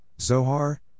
Zohar